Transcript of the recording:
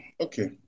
Okay